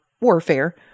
warfare